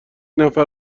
نفر